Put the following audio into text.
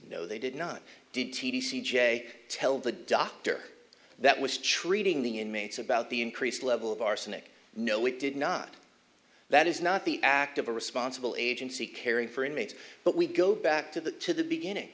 no they did not did t v c j tell the doctor that was treating the inmates about the increased level of arsenic no we did not that is not the act of a responsible agency caring for inmates but we go back to the to the beginning